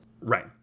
Right